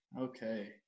Okay